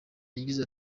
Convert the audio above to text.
yagize